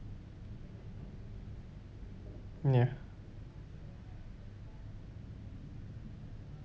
ya